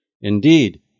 indeed